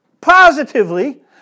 positively